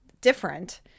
different